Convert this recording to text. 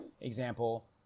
example